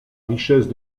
richesse